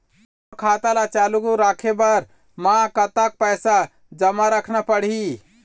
मोर खाता ला चालू रखे बर म कतका पैसा जमा रखना पड़ही?